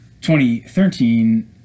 2013